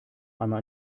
einmal